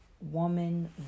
Woman